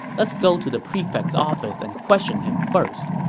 let's go to the prefect's office and question him first.